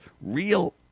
real